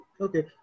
Okay